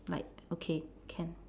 like okay can